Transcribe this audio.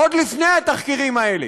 עוד לפני התחקירים האלה,